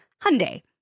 Hyundai